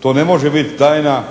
To ne može biti tajna,